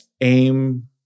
aim